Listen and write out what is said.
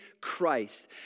Christ